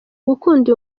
gukunda